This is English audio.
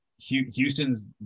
Houston's